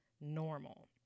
normal